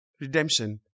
Redemption